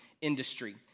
industry